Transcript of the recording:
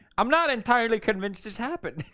i'm not entirely convinced this happened!